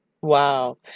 Wow